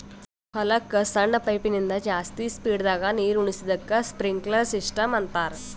ಹೊಲಕ್ಕ್ ಸಣ್ಣ ಪೈಪಿನಿಂದ ಜಾಸ್ತಿ ಸ್ಪೀಡದಾಗ್ ನೀರುಣಿಸದಕ್ಕ್ ಸ್ಪ್ರಿನ್ಕ್ಲರ್ ಸಿಸ್ಟಮ್ ಅಂತಾರ್